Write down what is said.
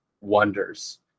wonders